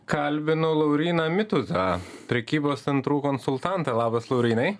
kalbinu lauryną mituzą prekybos centrų konsultantą labas laurynai